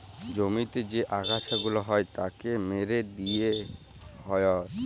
জমিতে যে আগাছা গুলা হ্যয় তাকে মেরে দিয়ে হ্য়য়